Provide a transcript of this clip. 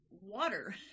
water